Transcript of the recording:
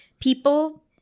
people